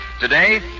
Today